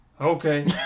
okay